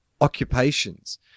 occupations